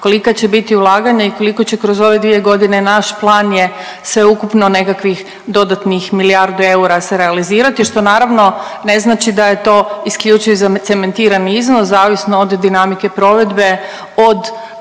kolika će biti ulaganja i koliko će kroz ove dvije godine naš plan je sveukupno nekakvih dodatnih milijardu eura se realizirati što naravno ne znači da je to isključiv zacementiran iznos. Zavisno od dinamike provedbe od